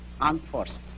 unforced